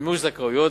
במימוש זכויות,